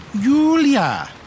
Julia